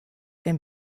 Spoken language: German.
dem